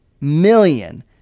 million